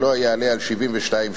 שלא יעלה על 72 שעות,